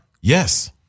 Yes